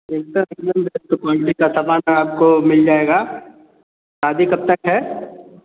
एकदम बढ़िया क्वालिटी का समान आपको मिल जाएगा शादी कब तक है